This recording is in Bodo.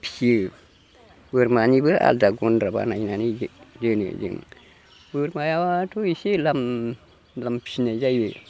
फियो बोरमानिबो आलदा गन्द्रा बानायनानै दोनो जों बोरमायाथ' एसे लाम लाम फिनाय जायो